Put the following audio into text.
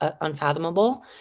unfathomable